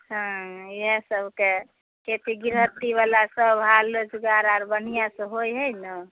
हँ इएहसबके खेती गृहस्थीवला सब हाल रोजगार आओर बढ़िआँसँ होइ हइ ने